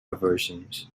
versions